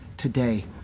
Today